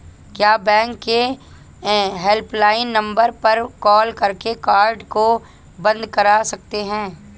क्या बैंक के helpline number पर कॉल करके कार्ड को बंद करा सकते हैं?